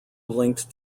linked